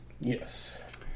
Yes